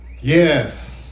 Yes